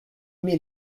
met